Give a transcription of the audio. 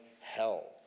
hell